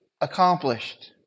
accomplished